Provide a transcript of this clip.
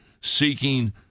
seeking